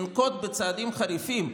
אנקוט בצעדים חריפים.